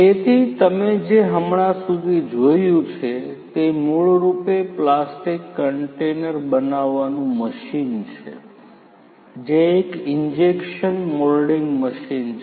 તેથી તમે જે હમણાં સુધી જોયું છે તે મૂળરૂપે પ્લાસ્ટિક કન્ટેનર બનાવવાનું મશીન છે જે એક ઇન્જેક્શન મોલ્ડિંગ મશીન છે